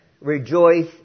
rejoice